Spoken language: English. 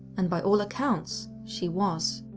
and by all accounts she was.